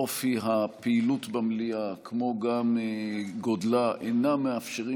אופי הפעילות במליאה כמו גם גודלה אינם מאפשרים